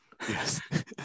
Yes